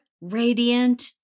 radiant